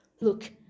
Look